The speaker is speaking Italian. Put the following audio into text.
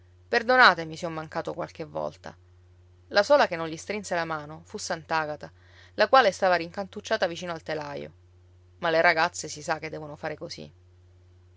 perdonatemi se ho mancato qualche volta la sola che non gli strinse la mano fu sant'agata la quale stava rincantucciata vicino al telaio ma le ragazze si sa che devono fare così